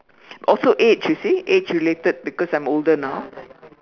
also age you see aged related because I'm older now